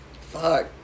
fuck